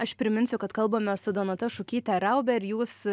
aš priminsiu kad kalbamės su donata šukyte raube jūs